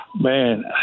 Man